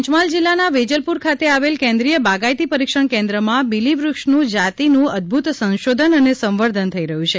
પંચમહાલ જિલ્લાના વેજલપુર ખાતે આવેલ કેન્દ્રિય બાગાયતી પરીક્ષણ કેન્દ્રમાં બીલીવૃક્ષની જાતીનું અદભુત સંશોધન અને સંવર્ધન થઈ રહ્યું છે